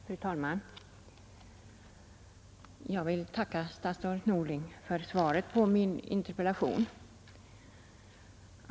Fru talman! Jag vill tacka statsrådet Norling för svaret på min interpellation.